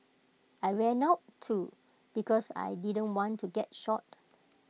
I ran out too because I didn't want to get shot